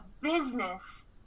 business